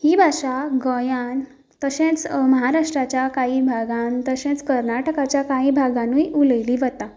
ही भाशा गोंयांत तशेंच महाराष्ट्राच्या कांय भागांनी तशेंच कर्नाटकाच्या कांय भागांनीय उलयली वता